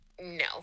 No